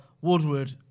Woodward